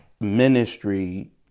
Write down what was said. ministry